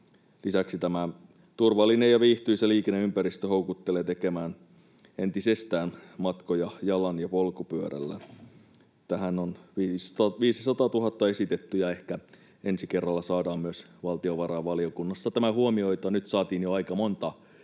lisäksi tämä turvallinen ja viihtyisä liikenneympäristö houkuttelee tekemään entisestään matkoja jalan ja polkupyörällä. Tähän on 500 000 esitetty, ja ehkä ensi kerralla saadaan myös valtiovarainvaliokunnassa tämä huomioitua. Nyt saatiin jo aika monta